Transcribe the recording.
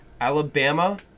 Alabama